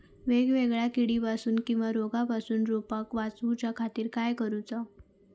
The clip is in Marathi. वेगवेगल्या किडीपासून किवा रोगापासून रोपाक वाचउच्या खातीर काय करूचा?